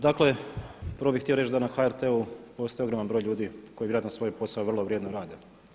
Dakle, prvo bih htio reći da na HRT-u postoji ogroman broj ljudi koji vjerojatno svoj posao vrlo vrijedno rade.